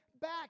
back